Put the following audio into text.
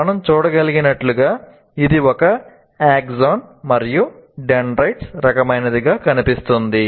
మనం చూడగలిగినట్లుగా ఇది కూడా ఆక్సాన్ రకమైనదిగా కనిపిస్తుంది